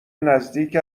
نزدیک